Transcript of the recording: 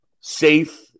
safe